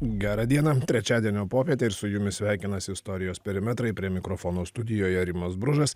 gerą dieną trečiadienio popietė ir su jumis sveikinasi istorijos perimetrai prie mikrofono studijoje rimas bružas